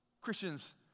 Christians